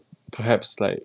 perhaps like